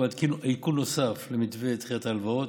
על עדכון נוסף למתווה דחיית ההלוואות.